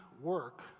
work